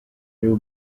new